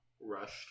rushed